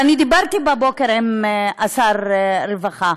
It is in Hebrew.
אני דיברתי בבוקר עם שר הרווחה,